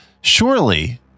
surely